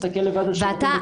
להסתכל לבד על שירותים בקהילה.